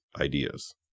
ideas